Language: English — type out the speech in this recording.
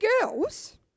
girls